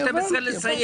הדעת.